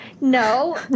no